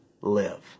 live